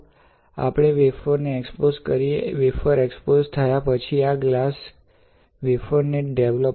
આપણે વેફર ને એક્સ્પોઝ કરીએ વેફર એક્સ્પોઝ થયા પછી આ ગ્લાસ વેફર ને ડેવલપ કરો